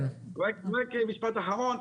רק משפט אחרון,